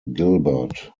gilbert